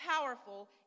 powerful